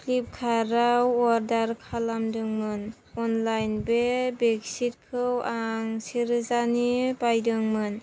प्लिप कार्दआव अर्दार खालामदोंमोन अनलाइन बे बेकसिथखौ आं से रोजानि बायदोंमोन